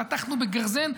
חתכנו בגרזן,